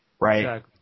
right